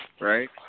right